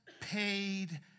paid